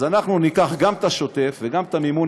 אז אנחנו ניקח גם את השוטף וגם את מימון